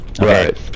Right